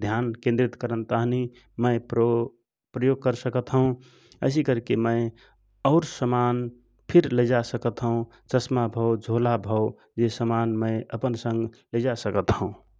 ध्यान केन्द्रित करन ताँहि मय प्रयोग कर सकत हौ । एसि करके मय और समान फिर लैजा सकत हौ चस्मा भव झोला भव जे समान मय अपन संग लैजा सकत हौ ।